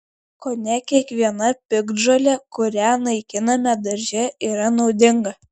kone kiekviena piktžolė kurią naikiname darže yra naudinga